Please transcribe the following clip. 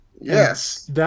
Yes